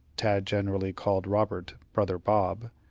tad generally called robert, brother bob.